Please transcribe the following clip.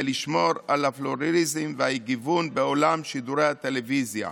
ולשמור על הפלורליזם ועל הגיוון בעולם שידורי הטלוויזיה.